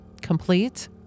complete